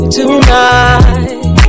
tonight